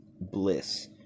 Bliss